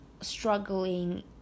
struggling